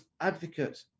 advocate